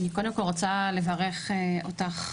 אני קודם כל רוצה לברך אותך,